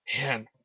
Man